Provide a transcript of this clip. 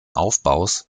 aufbaus